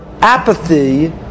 apathy